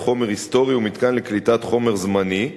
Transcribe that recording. חומר היסטורי ומתקן לקליטת חומר זמני,